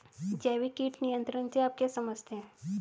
जैविक कीट नियंत्रण से आप क्या समझते हैं?